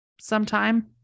sometime